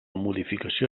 modificació